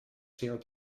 zeer